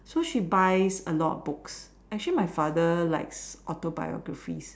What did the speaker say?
so she buys a lot of books actually my father likes autobiography